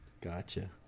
Gotcha